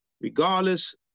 regardless